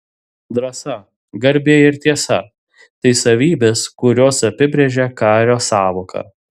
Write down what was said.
drąsa garbė ir tiesa tai savybės kurios apibrėžią kario sąvoką